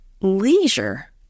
leisure